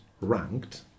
ranked